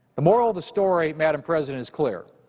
the moral of the story, madam president, is clear.